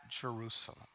Jerusalem